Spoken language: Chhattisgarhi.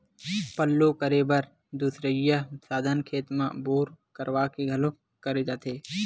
पल्लो करे बर दुसरइया साधन खेत म बोर करवा के घलोक करे जाथे